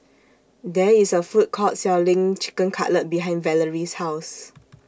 There IS A Food Court Selling Chicken Cutlet behind Valerie's House